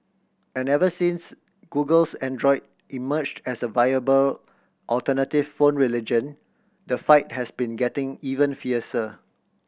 and ever since Google's Android emerged as a viable alternative phone religion the fight has been getting even fiercer